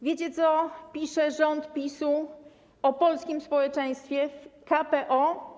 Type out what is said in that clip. Wiecie, co pisze rząd PiS-u o polskim społeczeństwie w KPO?